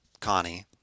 Connie